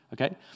okay